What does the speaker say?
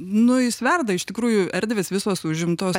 nu jis verda iš tikrųjų erdvės visos užimtos